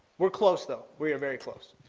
were close though, we are very close.